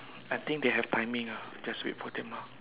I think they have timing ah just wait for them ah